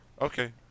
Okay